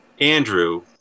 Andrew